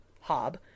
Hob